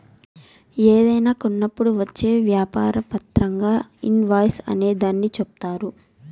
ఏదైనా కొన్నప్పుడు వచ్చే వ్యాపార పత్రంగా ఇన్ వాయిస్ అనే దాన్ని చెప్తారు